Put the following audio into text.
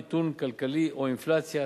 מיתון כלכלי או אינפלציה,